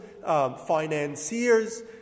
financiers